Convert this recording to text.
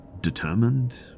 determined